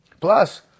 Plus